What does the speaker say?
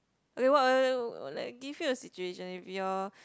okay what like give you a situation if your